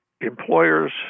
employers